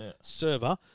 server